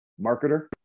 marketer